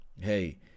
Hey